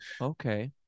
okay